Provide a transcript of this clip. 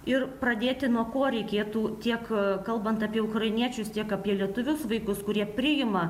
ir pradėti nuo ko reikėtų tiek kalbant apie ukrainiečius tiek apie lietuvius vaikus kurie priima